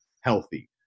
healthy